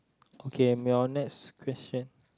okay may your next question